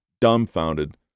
dumbfounded